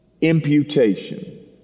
imputation